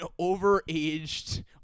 overaged